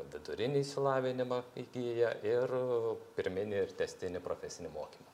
vidurinį išsilavinimą įgyja ir pirminį ir tęstinį profesinį mokymą